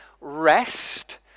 rest